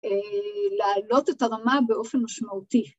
לעלות את הרמה באופן משמעותי.